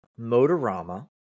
Motorama